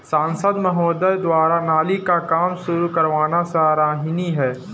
सांसद महोदय द्वारा नाली का काम शुरू करवाना सराहनीय है